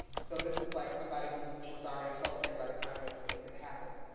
so this is like somebody who was already twelfth grade by the time it was, it happened,